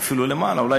ואולי אפילו למעלה מכך,